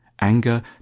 Anger